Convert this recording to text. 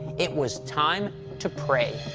it was time to pray.